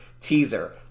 teaser